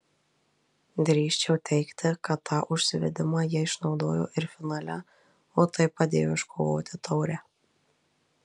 drįsčiau teigti kad tą užsivedimą jie išnaudojo ir finale o tai padėjo iškovoti taurę